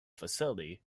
facility